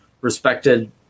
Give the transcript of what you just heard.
respected